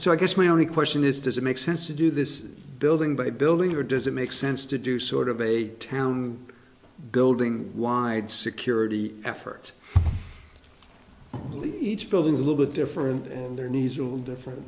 so i guess my only question is does it make sense to do this building by building or does it make sense to do sort of a town building wide security effort each building is a little bit different their needs will differ